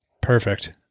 Perfect